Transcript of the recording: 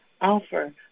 offer